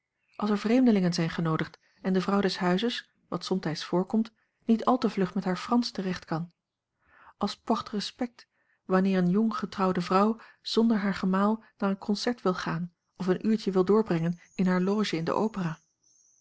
als er vreemdelingen zijn genoodigd en de vrouw des huizes wat somtijds voorkomt niet al te vlug met haar fransch terecht kan als porte respect wanneer eene jong getrouwde vrouw zonder haar gemaal naar een concert wil gaan of een uurtje wil doorbrengen in hare loge in de opera